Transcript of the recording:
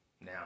Now